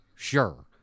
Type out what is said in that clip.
Sure